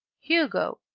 hugo,